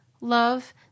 love